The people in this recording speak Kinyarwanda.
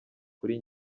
kuri